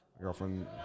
girlfriend